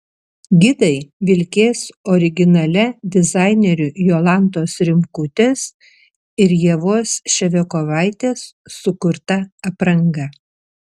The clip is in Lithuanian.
gidai vilkės originalia dizainerių jolantos rimkutės ir ievos ševiakovaitės sukurta apranga